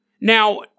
Now